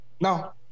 No